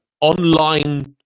online